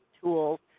tools